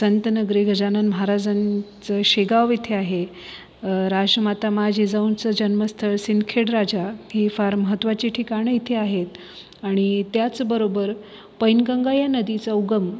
संतनगरी गजानन महाराजांचं शेगाव इथे आहे राजमाता मा जिजाऊंचं जन्म स्थळ सिंदखेड राजा ही फार महत्त्वाची ठिकाणं इथे आहेत आणि त्याचबरोबर पैनगंगा या नदीचा उगम